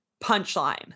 punchline